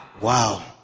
Wow